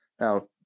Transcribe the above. now